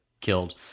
killed